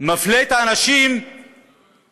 מפלה את האנשים שעכשיו